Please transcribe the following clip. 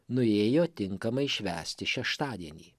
nuėjo tinkamai švęsti šeštadienį